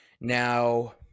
Now